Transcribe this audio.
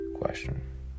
Question